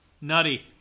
Nutty